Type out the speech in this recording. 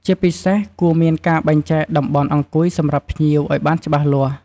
ជាពិសេស គួរមានការបែងចែកតំបន់អង្គុយសម្រាប់ភ្ញៀវឲ្យបានច្បាស់លាស់។